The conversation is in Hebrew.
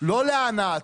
לא להנאתו,